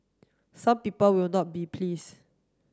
some people will not be please